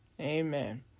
Amen